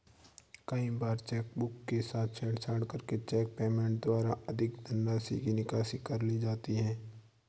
कई बार चेकबुक के साथ छेड़छाड़ करके चेक पेमेंट के द्वारा अधिक धनराशि की निकासी कर ली जाती है